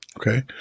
Okay